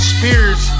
Spears